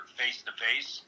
face-to-face